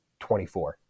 24